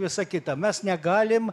visa kita mes negalim